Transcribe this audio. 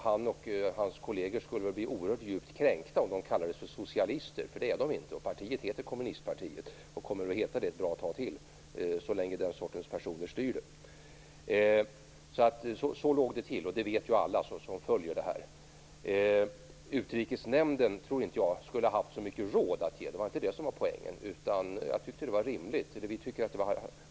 Han och hans kolleger skulle bli djupt kränkta om de kallades för socialister, för det är de inte. Partiet heter Kommunistpartiet och kommer att heta det ett bra tag till, så länge den sortens personer styr det. Så låg det till, och det vet alla som följer händelserna. Jag tror inte att Utrikesnämnden skulle ha haft så mycket råd att ge. Det var inte det som var poängen.